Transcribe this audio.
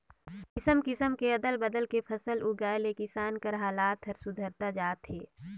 किसम किसम के अदल बदल के फसल उगाए ले किसान कर हालात हर सुधरता जात हे